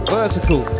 vertical